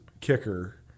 kicker